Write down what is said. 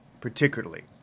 particularly